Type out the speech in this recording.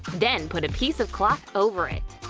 then put a piece of cloth over it.